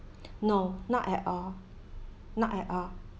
no not at all not at all